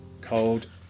cold